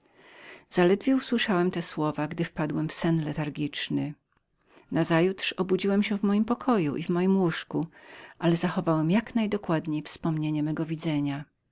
zaledwie usłyszałem te słowa gdy wpadłem w letargiczny sen nazajutrz obudziłem się w moim pokoju i w mojem łóżku ale zachowałem jak najdokładniej wspomnienie mego widzenia